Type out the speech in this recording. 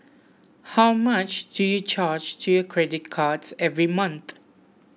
how much do you charge to your credit cards every month